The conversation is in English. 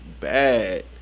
bad